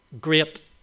great